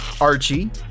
archie